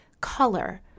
color